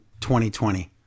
2020